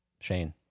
Shane